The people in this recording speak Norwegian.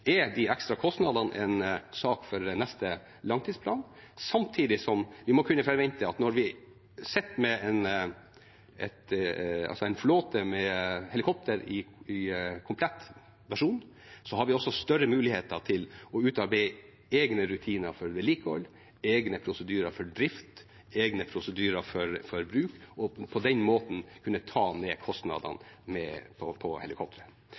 De ekstra kostnadene er en sak for neste langtidsplan, samtidig som vi må kunne forvente at når vi sitter med en flåte med helikopter i komplett versjon, har vi også større muligheter til å utarbeide egne rutiner for vedlikehold, egne prosedyrer for drift og egne prosedyrer for bruk, og på den måten vil vi kunne ta ned kostnadene på